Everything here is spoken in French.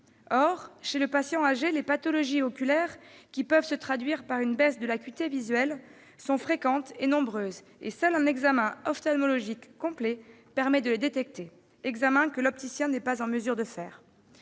Or, chez le patient âgé, les pathologies oculaires, qui peuvent se traduire par une baisse de l'acuité visuelle, sont fréquentes et nombreuses. Seul un examen ophtalmologique complet permet de les détecter, un examen que l'opticien n'est pas en mesure de faire.